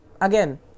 again